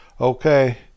okay